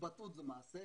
התבטאות זה מעשה,